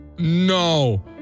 no